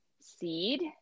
seed